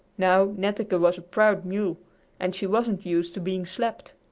now, netteke was a proud mule and she wasn't used to being slapped.